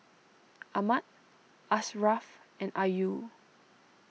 Ahmad Ashraff and Ayu